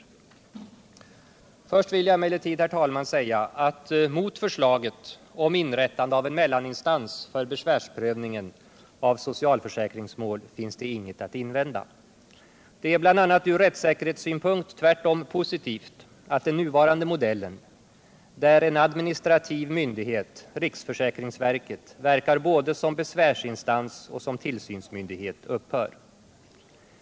regionala försäk Först vill jag emellertid säga att mot förslaget om inrättande av en = ringsrätter | mellaninstans för besvärsprövningen av socialförsäkringsmål finns inget att invända. Det är bl.a. från rättssäkerhetssynpunkt tvärtom positivt | att den nuvarande modellen, där en administrativ myndighet — riksförsäkringsverket — verkar både som besvärsinstans och som tillsyns | myndighet, upphör.